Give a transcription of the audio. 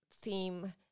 theme